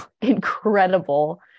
incredible